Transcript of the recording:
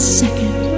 second